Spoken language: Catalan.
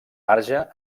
marge